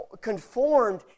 conformed